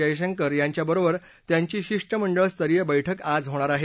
जयशंकर यांच्या बरोबर त्यांची शिष्टमंडळ स्तरीय बैठक आज होणार आहे